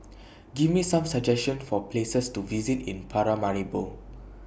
Give Me Some suggestions For Places to visit in Paramaribo